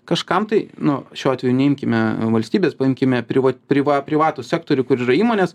kažkam tai nu šiuo atveju neimkime valstybės paimkime priva priva privatų sektorių kur yra įmonės